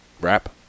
wrap